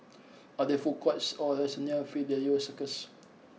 are there food courts or restaurants near Fidelio Circus